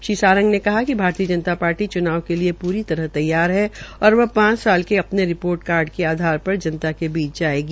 श्री सारंग ने कहा िक भारतीय जनता पार्टी च्नाव के लिये पूरी तरह तैयार है और वह पांच साल के अपने रिपोर्ट कार्ड के आधार पर जनता के बीच जायेगी